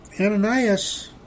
Ananias